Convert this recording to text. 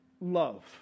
love